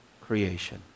creation